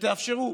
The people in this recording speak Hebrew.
שתאפשרו